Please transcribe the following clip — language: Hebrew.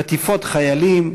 חטיפות חיילים,